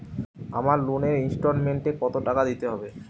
আমার লোনের ইনস্টলমেন্টৈ কত টাকা দিতে হবে?